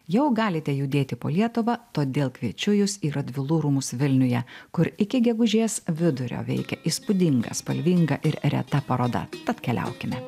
jau galite judėti po lietuvą todėl kviečiu jus į radvilų rūmus vilniuje kur iki gegužės vidurio veikia įspūdinga spalvinga ir reta paroda tad keliaukime